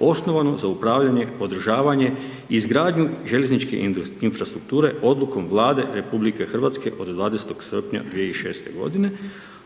osnovano za upravljanje, podržavanje, izgradnju željezničke infrastrukture, odlukom vlade RH, od …/Govornik se ne razumije./… srpnja 2006. godine